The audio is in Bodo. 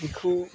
बेखौ